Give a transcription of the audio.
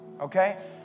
Okay